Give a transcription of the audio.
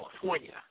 California